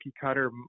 cutter